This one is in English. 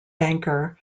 banker